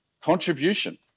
contribution